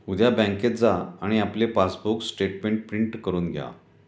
उद्या बँकेत जा आणि आपले पासबुक स्टेटमेंट प्रिंट करून घ्या